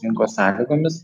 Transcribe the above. rinkos sąlygomis